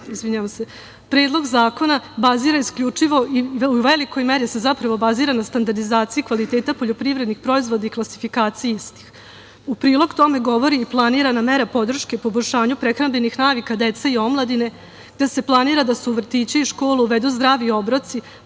Predlog zakona u velikoj meri bazira na standardizaciji kvaliteta poljoprivrednih proizvoda i klasifikaciji istih.U prilog tome govori i planirana mera podrške poboljšanju prehrambenih navika dece i omladine da se planira da se u vrtiće i škole uvedu zdravi obroci